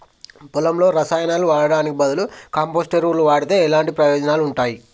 పొలంలో రసాయనాలు వాడటానికి బదులుగా కంపోస్ట్ ఎరువును వాడితే ఎలాంటి ప్రయోజనాలు ఉంటాయి?